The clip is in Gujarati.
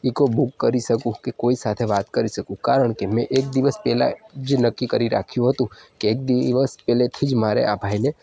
ઈકો બુક કરી શકું કે કોઈ સાથે વાત કરી શકું કારણ કે મેં એક દિવસ પહેલાં જે નક્કી કરી રાખ્યું હતું કે એક એ દિવસ પહેલેથી જ મારે આ ભાઈને